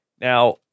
Now